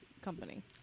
company